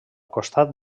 costat